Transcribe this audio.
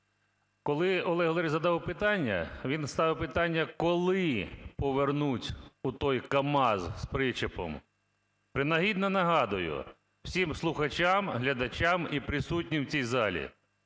Коли Олег Валерійович задавав питання, він ставив питання: коли повернуть отой камаз з причепом? Принагідно нагадую всім слухачам, глядачам і присутнім у цій залі: